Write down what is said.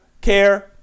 care